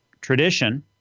tradition